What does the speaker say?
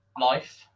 life